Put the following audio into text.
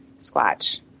Squatch